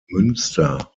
münster